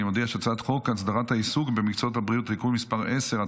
אני מודיע שהצעת חוק הסדרת העיסוק במקצועות הבריאות (תיקון מס' 10),